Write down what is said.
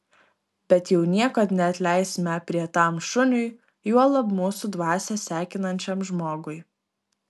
bet jau niekad neatleisime aprietam šuniui juolab mūsų dvasią sekinančiam žmogui